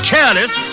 Careless